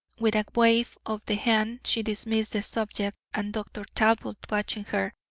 with a wave of the hand she dismissed the subject, and dr. talbot, watching her,